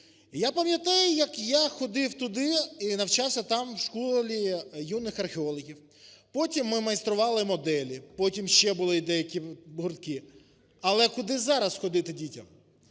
Я пам'ятаю, як я ходив туди і навчався там у школі юних археологів, потім ми майстрували моделі, потім ще були деякі гуртки. Але куди зараз ходити дітям?